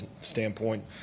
standpoint